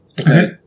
Okay